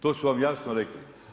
To su vam jasno rekli.